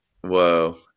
Whoa